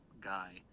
guy